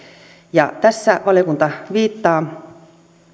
tässä valiokunta viittaa